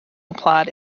applied